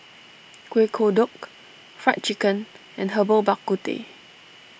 Kuih Kodok Fried Chicken and Herbal Bak Ku Teh